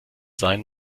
sein